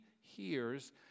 hears